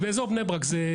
באיזור בני ברק.